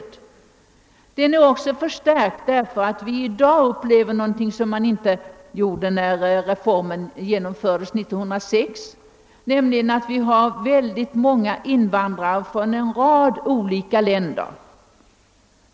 Behovet av en reform är också större därför att vi i dag upplever någonting som inte förekom när reformen genomfördes år 1906: vi har synnerligen många invandrare från en rad olika länder.